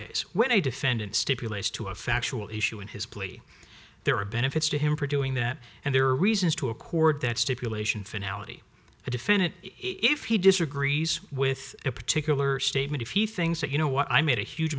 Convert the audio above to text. case when a defendant stipulates to a factual issue in his plea there are benefits to him for doing that and there are reasons to accord that stipulation finale the defendant if he disagrees with a particular statement if he things that you know what i made a huge